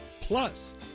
Plus